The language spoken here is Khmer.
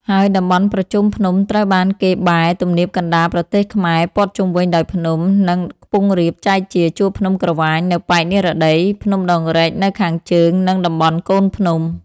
ហើយតំបន់ប្រជុំភ្នំត្រូវបានគេបែ ទំនាបកណ្តាលប្រទេសខ្មែរព័ទ្ធជុំវិញដោយភ្នំ និងខ្ពង់រាប ចែកជា ជួរភ្នំក្រវាញនៅប៉ែកនិរតី ភ្នំដងរែកនៅខាងជើង និងតំបន់កូនភ្នំ ។